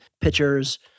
pitchers